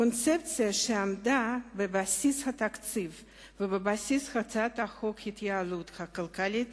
הקונספציה שעמדה בבסיס התקציב ובבסיס הצעת החוק להתייעלות הכלכלית